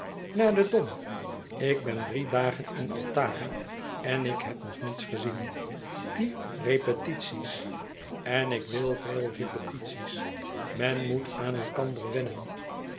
naar den dom ik ben drie dagen in altara en ik heb nog niets gezien die repetities en ik wil veel repetities men moet aan elkander wennen